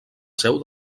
seu